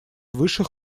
высших